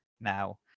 now